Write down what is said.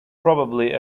probably